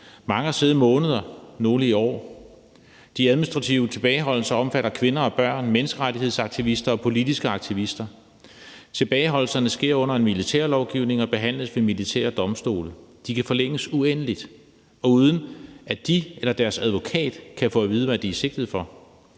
Mange har siddet i måneder, nogle i år. De administrative tilbageholdelser omfatter kvinder og børn, menneskerettighedsaktivister og politiske aktivister. Tilbageholdelserne sker under en militær lovgivning og behandles ved militære domstole. De kan forlænges uendeligt, og uden at de eller deres advokat kan få at vide, hvad de er sigtet for